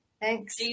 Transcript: Thanks